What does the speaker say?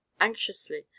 anxiously